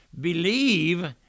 believe